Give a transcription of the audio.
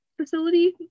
facility